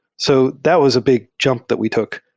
so that was a big jump that we took,